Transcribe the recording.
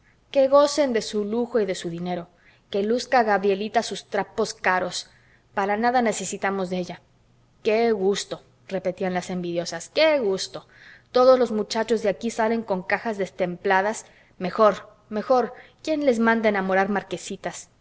que gocen de su lujo y de su dinero que luzca gabrielita sus trapos caros para nada necesitamos de ella qué gusto repetían las envidiosas qué gusto todos los muchachos de aquí salen con cajas destempladas mejor mejor quién les manda enamorar marquesitas